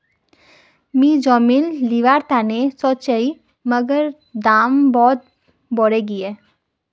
मी जमीन लोवर तने सोचौई मगर दाम बहुत बरेगये